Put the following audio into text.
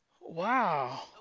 Wow